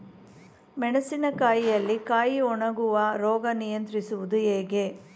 ಮೆಣಸಿನ ಕಾಯಿಯಲ್ಲಿ ಕಾಯಿ ಒಣಗುವ ರೋಗ ನಿಯಂತ್ರಿಸುವುದು ಹೇಗೆ?